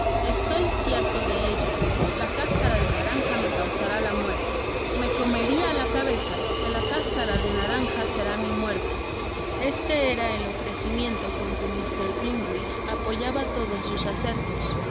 estoy cierto de ello la cáscara de naranja me causará la muerte me comeria la cabeza que la cáscara de naranja será mi muerte este era el ofrecimiento con que mr grimwig apoyaba todos sus asertos